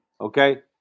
Okay